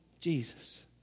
Jesus